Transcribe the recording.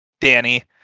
Danny